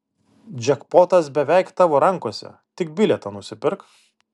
džekpotas beveik tavo rankose tik bilietą nusipirk